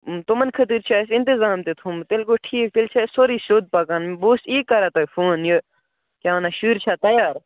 تِمَن خٲطرٕ چھِ اَسہِ اِنتِظام تہِ تھوٚمُت تیٚلہِ گوٚو ٹھیٖک تیٚلہِ چھُ اَسہِ سورُے سیٚود پَکان بہٕ اوسُس یی کَران تۄہہِ فون یہِ کیٛاہ وَنان شُرۍ چھا تَیار